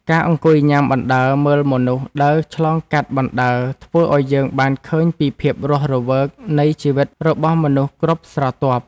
ការអង្គុយញ៉ាំបណ្ដើរមើលមនុស្សដើរឆ្លងកាត់បណ្ដើរធ្វើឱ្យយើងបានឃើញពីភាពរស់រវើកនៃជីវិតរបស់មនុស្សគ្រប់ស្រទាប់។